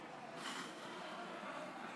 ההצבעה: